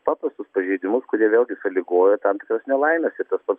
paprastus pažeidimus kurie vėlgi sąlygoja tam tikras nelaimes ir tas pats